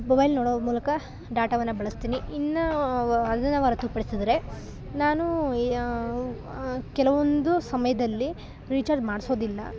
mobile ನೋಡೋ ಮೂಲಕ ಡಾಟವನ್ನು ಬಳಸ್ತೀನಿ ಇನ್ನು ವ ಅದನ್ನು ಹೊರತುಪಡ್ಸದ್ರೆ ನಾನು ಯ ಉ ಕೆಲವೊಂದು ಸಮಯದಲ್ಲಿ ರಿಚಾರ್ಜ್ ಮಾಡಿಸೋದಿಲ್ಲ